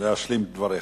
להשלים את דבריך.